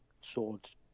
Swords